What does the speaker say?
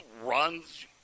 runs –